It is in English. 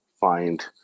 find